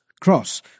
cross